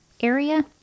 area